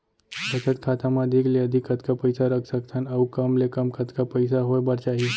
बचत खाता मा अधिक ले अधिक कतका पइसा रख सकथन अऊ कम ले कम कतका पइसा होय बर चाही?